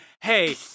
hey